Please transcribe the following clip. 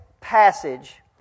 passage